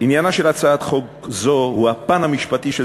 עניינה של הצעת חוק זו הוא הפן המשפטי של